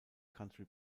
country